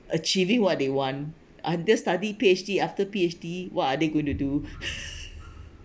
achieving what they want under study P_H_D after P_H_D what are they going to do